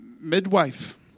midwife